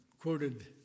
quoted